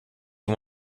one